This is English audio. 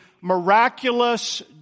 miraculous